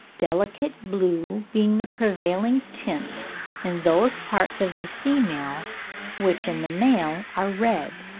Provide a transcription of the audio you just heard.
delicate blue being the prevailing tint in those parts of the female which in the male are red.